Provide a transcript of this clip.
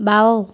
বাওঁ